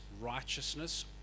righteousness